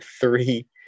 three